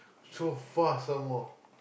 so far some more